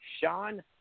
Sean